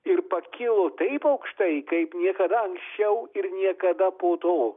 ir pakilo taip aukštai kaip niekada anksčiau ir niekada po to